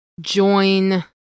join